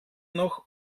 noch